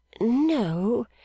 no